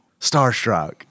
starstruck